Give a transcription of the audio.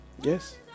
Yes